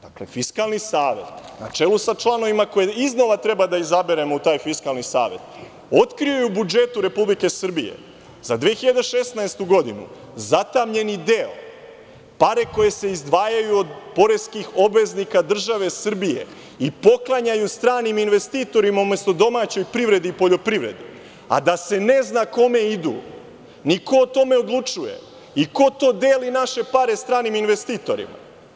Dakle, Fiskalni savet, na čelu sa članovima koje iznova treba da izaberemo u taj Fiskalni savet, otkrio je u budžetu Republike Srbije za 2016. godinu zatamnjeni deo – pare koje se izdvajaju od poreskih obveznika države Srbije i poklanjaju stranim investitorima umesto domaćoj privredi i poljoprivredi, a da se ne zna kome idu, ni ko o tome odlučuje i ko to deli naše pare stranim investitorima.